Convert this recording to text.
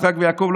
יצחק ויעקב,